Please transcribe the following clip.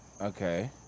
Okay